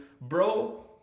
Bro